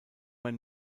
ein